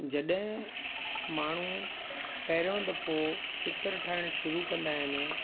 जॾहिं माण्हू पहिरियों दफ़ो चित्र ठाहिणु शुरू कंदा आहिनि